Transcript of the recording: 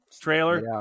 trailer